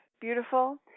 Beautiful